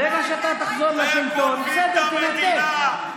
ברגע שאתה תחזור לשלטון, בסדר, תנתק.